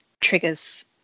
triggers